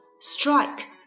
strike